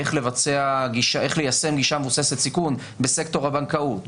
איך ליישם גישה מבוססת סיכון בסקטור הבנקאות,